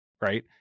Right